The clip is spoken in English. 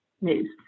news